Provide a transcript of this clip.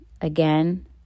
Again